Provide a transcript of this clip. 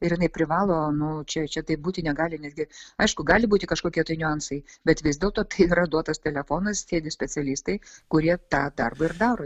ir jinai privalo nu čia čia taip būti negali netgi aišku gali būti kažkokie niuansai bet vis dėlto tai yra duotas telefonas sėdi specialistai kurie tą darbą ir daro